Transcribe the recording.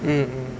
mm mm